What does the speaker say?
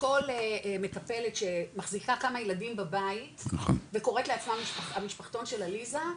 כל מטפלת שמחזיקה כמה ילדים בבית וקוראת לעצמה המשפחתון של עליזה,